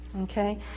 okay